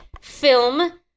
film